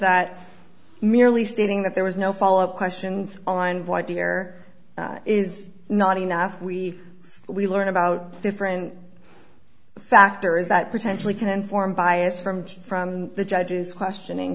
that merely stating that there was no follow up questions on void here is not enough we we learned about different factors that potentially can inform bias from from the judge's questioning